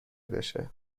بشه